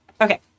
Okay